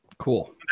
cool